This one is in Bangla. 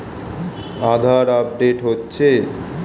আধার আপডেট হচ্ছে?